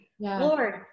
Lord